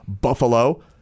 Buffalo